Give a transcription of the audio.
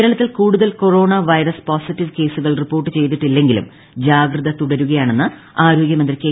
കേരളത്തിൽ കൂടുതൽ corona virus positive കേസുകൾ റിപ്പോർട്ട് ചെയ്തിട്ടില്ലെങ്കിലും ജാഗ്രത തുടരുകയാണെന്ന് ആരോഗ്യ വകുപ്പ് മന്ത്രി കെ